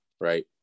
right